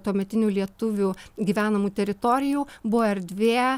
tuometinių lietuvių gyvenamų teritorijų buvo erdvė